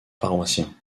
paroissiens